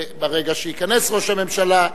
ברגע שייכנס ראש הממשלה,